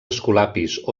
escolapis